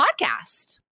podcast